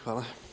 Hvala.